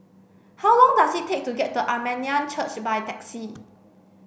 how long does it take to get to Armenian Church by taxi